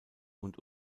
und